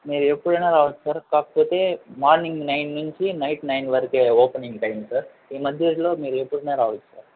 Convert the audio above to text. మీరు ఎప్పుడైనా రావొచ్చు సార్ కాకపోతే మార్నింగ్ నైన్ నించి నైట్ నైన్ వరకే ఓపెనింగ్ టైమ్ సార్ ఈ మధ్యలో మీరు ఎప్పుడైనా రావొచ్చు సార్